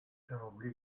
semblait